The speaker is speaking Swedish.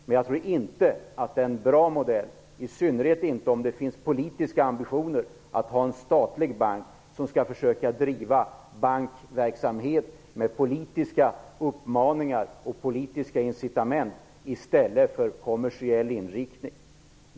Men jag tror inte att det är en bra modell - i synnerhet inte om det finns politiska ambitioner - att ha en statlig bank som skall försöka driva bankverksamhet med politiska uppmaningar och politiska incitament i stället för att ha en kommersiell inriktning.